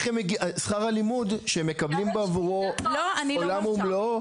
שכר הלימוד שהם מקבלים בעבורו עולם ומלואו,